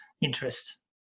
interest